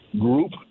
group